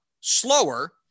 slower